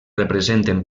representen